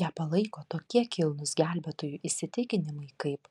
ją palaiko tokie kilnūs gelbėtojų įsitikinimai kaip